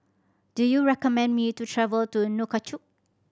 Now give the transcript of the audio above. do you recommend me to travel to Nouakchott